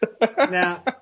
Now